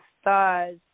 stars